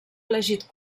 elegit